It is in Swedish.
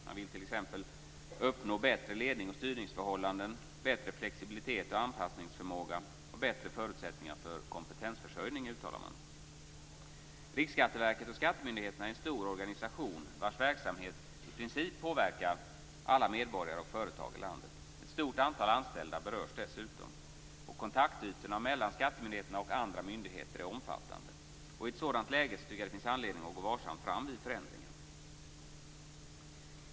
Man vill t.ex. uppnå bättre ledning och styrningsförhållanden, bättre flexibilitet och anpassningsförmåga, bättre förutsättningar för kompetensförsörjning. Riksskatteverket och skattemyndigheterna är en stor organisation vars verksamhet i princip påverkar alla medborgare och företag i landet. Ett stort antal anställda berörs dessutom. Kontaktytorna mellan skattemyndigheterna och andra myndigheter är omfattande. I ett sådant läge tycker jag att det finns anledning att gå varsamt fram vid förändringen.